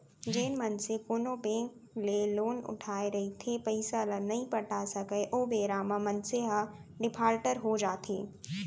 जेन मनसे कोनो बेंक ले लोन उठाय रहिथे पइसा ल नइ पटा सकय ओ बेरा म मनसे ह डिफाल्टर हो जाथे